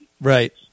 Right